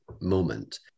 moment